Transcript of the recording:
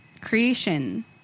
Creation